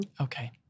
Okay